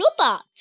robot